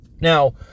Now